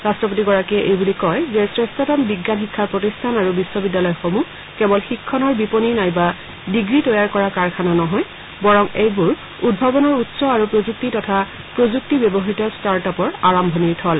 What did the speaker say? ৰাট্টপতিগৰাকীয়ে এই বুলি কয় যে শ্ৰেষ্ঠতম বিজ্ঞান শিক্ষাৰ প্ৰতিষ্ঠান আৰু বিশ্ববিদ্যালয়সমূহ কেৱল শিক্ষণৰ বিপণী নাইবা ডিগ্ৰী তৈয়াৰ কৰা কাৰখানা নহয় বৰং এইবোৰ উদ্ভাৱনৰ উৎস আৰু প্ৰযুক্তি তথা প্ৰযক্তি ব্যৱহৃত ষ্টাৰ্টআপৰ আৰম্ভণিৰ থল